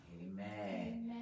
Amen